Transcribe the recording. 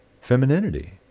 femininity